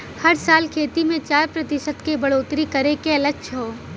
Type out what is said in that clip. हर साल खेती मे चार प्रतिशत के बढ़ोतरी करे के लक्ष्य हौ